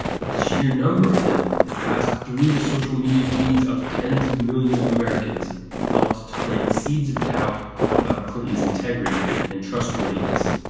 but the sheer number of them that passed through the social media feeds of tens of millions of americans helped to plant seeds of doubt about clinton's integrity and trustworthiness.